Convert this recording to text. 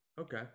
Okay